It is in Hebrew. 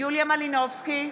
יוליה מלינובסקי,